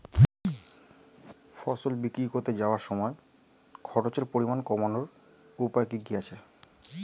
ফসল বিক্রি করতে যাওয়ার সময় খরচের পরিমাণ কমানোর উপায় কি কি আছে?